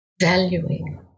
valuing